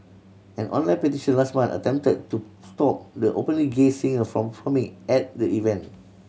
an online petition last month attempted to stop the openly gay singer from performing at the event